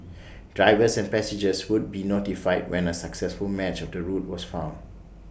drivers and passengers would be notified when A successful match of the route was found